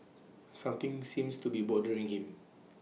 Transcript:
something seems to be bothering him